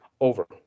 Over